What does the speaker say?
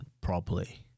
properly